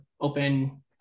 open